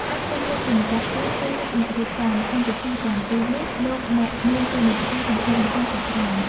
ហើយក្នុងនាមជាម្ចាស់ផ្ទះ ឬ អ្នករៀបចំ ក្នុងពិធីទាំងពីរនេះ លោកអ្នកមានតួនាទីសំខាន់ៗជាច្រើន។